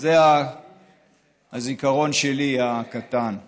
זה הזיכרון שלי הקטן.